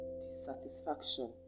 dissatisfaction